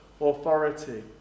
authority